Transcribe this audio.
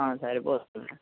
సరిపోదు